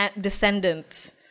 Descendants